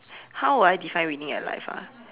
how would I define winning at life ah